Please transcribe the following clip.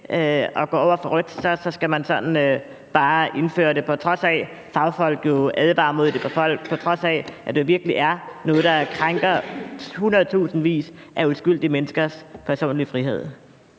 folk går over for rødt, så skal man bare indføre det, på trods af at fagfolk jo advarer mod det, på trods af at det virkelig er noget, der krænker hundredtusindvis af uskyldige menneskers personlige frihed?